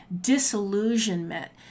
disillusionment